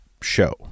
show